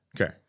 Okay